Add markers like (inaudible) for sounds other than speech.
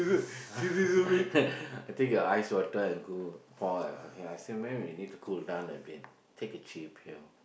(laughs) I take a ice water and go pour at her head I said madam you need to cool down a bit take a chill pill